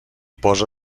posa